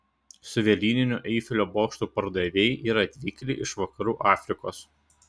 suvenyrinių eifelio bokštų pardavėjai yra atvykėliai iš vakarų afrikos